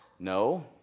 No